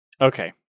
Okay